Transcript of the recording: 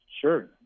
Sure